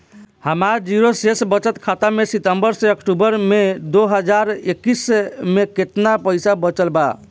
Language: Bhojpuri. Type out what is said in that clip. हमार जीरो शेष बचत खाता में सितंबर से अक्तूबर में दो हज़ार इक्कीस में केतना पइसा बचल बा?